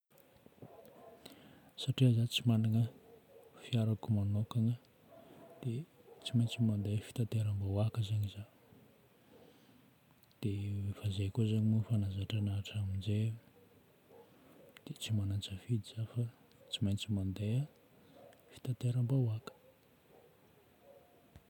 Satria za tsy magnana fiarako manokagna dia tsy maintsy mandeha fitateram-bahoaka zagny za. Dia efa zay koa zagny moa efa nahazatra anahy hatramin'izay dia tsy magnan-tsafidy za fa tsy maintsy mandeha fitateram-bahoaka.